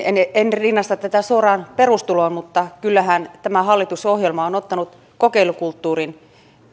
en ehkä rinnasta tätä suoraan perustuloon mutta kyllähän tämä hallitusohjelma on ottanut kokeilukulttuurin